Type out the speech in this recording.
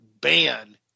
ban